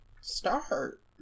start